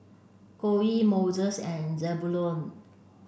Coley Moises and Zebulon